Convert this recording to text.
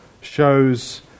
shows